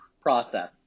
process